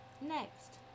Next